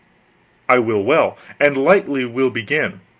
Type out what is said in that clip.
i will well, and lightly will begin.